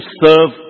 serve